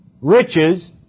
riches